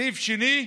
הסעיף השני,